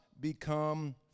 become